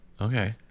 Okay